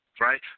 right